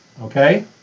okay